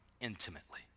intimately